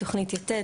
תוכנית יתד,